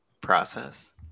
process